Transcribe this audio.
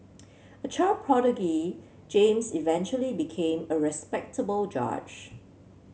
a child prodigy James eventually became a respectable judge